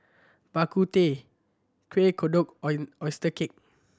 Bak Kut Teh Kueh Kodok oyster cake